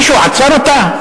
מישהו עצר אותה?